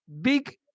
Big